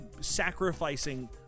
sacrificing